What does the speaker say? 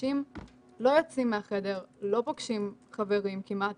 אנשים לא יוצאים מהחדר, לא פוגשים חברים כמעט